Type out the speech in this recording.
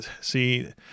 see